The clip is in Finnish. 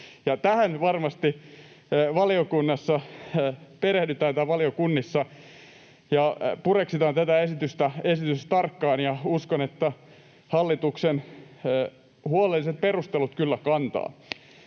Tähän varmasti valiokunnissa perehdytään ja pureksitaan tätä esitystä tarkkaan, ja uskon, että hallituksen huolelliset perustelut kyllä kantavat.